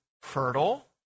fertile